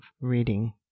reading